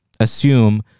Assume